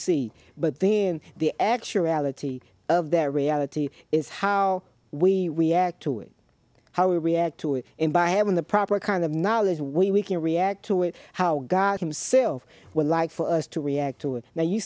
see but then the actuality of their reality is how we react to it how we react to it and by having the proper kind of knowledge where we can react to it how god himself would like for us to react to it now you